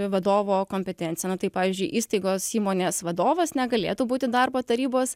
vadovo kompetenciją na tai pavyzdžiui įstaigos įmonės vadovas negalėtų būti darbo tarybos